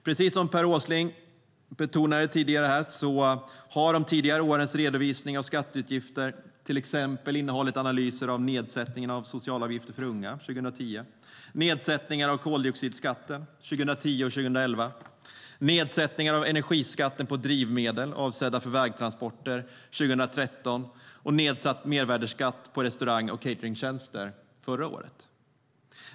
Precis som Per Åsling betonade här har de tidigare årens redovisning av skatteutgifter innehållit analyser av till exempel: nedsättningen av socialavgifter för unga, 2010 nedsättningar av koldioxidskatten, 2010 och 2011 nedsättningar av energiskatten på drivmedel avsedda för vägtransporter, 2013 nedsatt mervärdesskatt på restaurang och cateringtjänster, 2014.